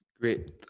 Great